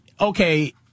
okay